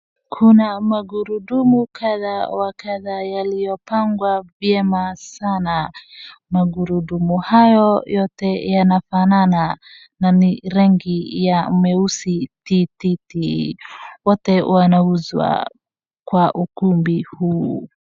Kuna magurudumu kadha wa kadha yaliyopangwa vyema sana. Magurudumu hayo yote yanafanana na ni rangi ya meusi tititi. Wote wanauzwa kwa ukumbi huu.